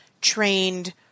trained